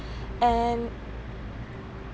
and